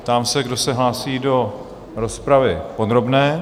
Ptám se, kdo se hlásí do rozpravy podrobné?